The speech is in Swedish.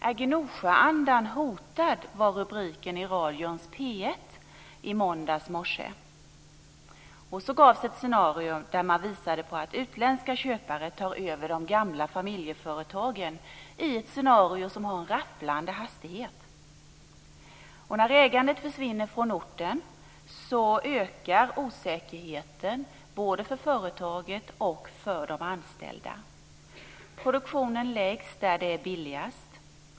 "Är gnosjöandan hotad" var rubriken i radions P 1 i måndagsmorse. Det gavs ett scenario där man visade att utländska köpare tar över de gamla familjeföretagen med rafflande hastighet. När ägandet försvinner från orten ökar osäkerheten både för företaget och för de anställda. Produktionen läggs där det är billigast.